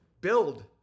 build